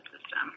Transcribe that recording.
system